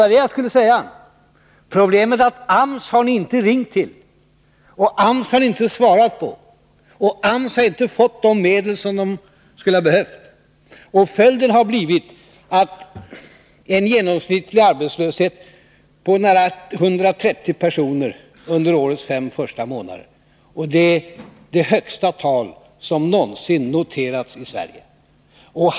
Vad jag skulle säga var att AMS har ni inte ringt till. Det är det som är problemet. AMS har inte fått de medel som man skulle ha behövt. Följden har blivit en genomsnittlig arbetslöshet på nära 130 000 personer under årets fem första månader. Det är det högsta tal som någonsin noterats i Sverige.